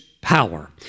power